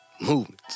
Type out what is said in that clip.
movements